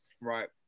Right